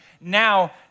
now